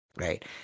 Right